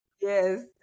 Yes